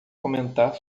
comentar